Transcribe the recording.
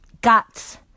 guts